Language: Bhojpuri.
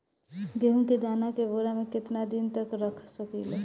गेहूं के दाना के बोरा में केतना दिन तक रख सकिले?